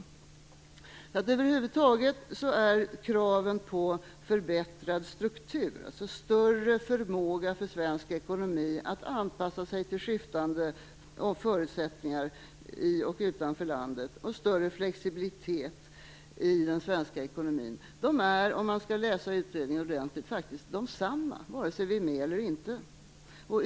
Om man läser utredningen ordentligt finner man att över huvud taget kraven på förbättrad struktur - alltså större förmåga för svensk ekonomi att anpassa sig till skiftande förutsättningar i och utanför landet - och på större flexibilitet i den svenska ekonomin faktiskt är desamma vare sig vi är med eller inte.